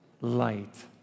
Light